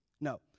No